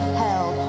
hell